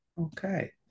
okay